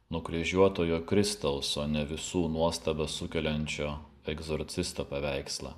nukryžiuotojo kristaus o ne visų nuostabą sukeliančio egzorcisto paveikslą